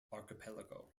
archipelago